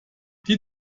die